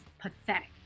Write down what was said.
pathetic